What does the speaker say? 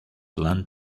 land